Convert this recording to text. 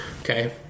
okay